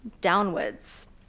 downwards